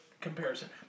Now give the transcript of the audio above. comparison